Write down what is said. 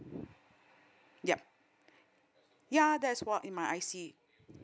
yup ya that is what in my I_C